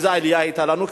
איזו עלייה היתה לנו,